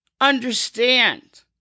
Understand